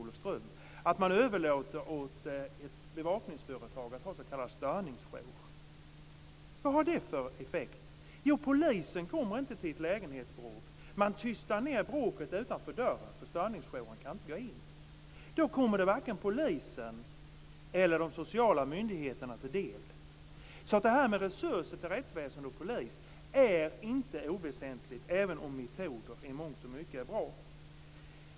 Där överlåter man åt ett bevakningsföretag att ha s.k. störningsjour. Vad har det för effekt? Jo, polisen kommer inte till ett lägenhetsbråk. Man tystar ned bråket utanför dörren, eftersom störningsjouren inte kan gå in. Då kommer detta varken polisen eller de sociala myndigheterna till del. Därför är detta med resurser till rättsväsendet och polisen inte oväsentligt, även om de här med metoder i mångt och mycket är bra.